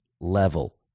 level